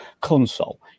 console